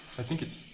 i think it's